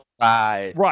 Right